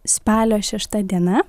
spalio šešta diena